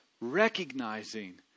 recognizing